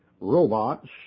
robots